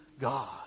God